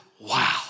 wow